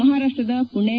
ಮಹಾರಾಷ್ಟದ ಪುಣೆ